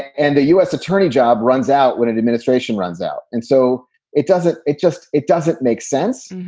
and the u s. attorney job runs out when an administration runs out. and so it doesn't it just it doesn't make sense.